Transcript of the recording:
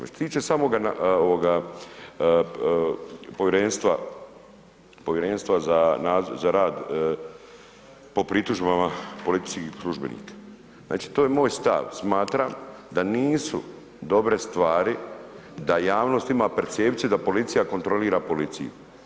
Što se tiče samoga ovoga povjerenstva za rad po pritužbama policijskih službenika, znači, to je moj stav, smatram da nisu dobre stvari da javnost ima percepciju da policija kontrolira policiju.